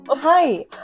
Hi